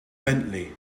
bentley